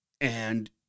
And-